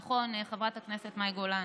נכון, חברת הכנסת מאי גולן,